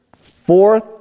Fourth